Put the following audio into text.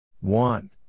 one